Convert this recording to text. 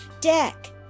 deck